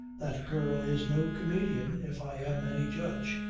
that girl is no comedian if i am any judge.